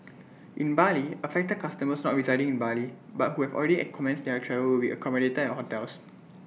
in Bali affected customers not residing in Bali but who have already at commenced their travel will be accommodated at hotels